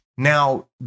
Now